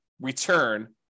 return